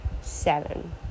Seven